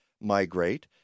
migrate